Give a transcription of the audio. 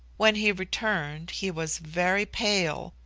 when he returned he was very pale,